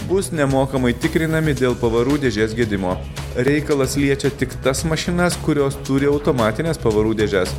bus nemokamai tikrinami dėl pavarų dėžės gedimo reikalas liečia tik tas mašinas kurios turi automatines pavarų dėžes